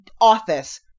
office